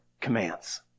commands